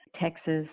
Texas